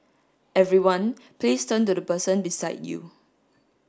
everyone please turn to the person beside you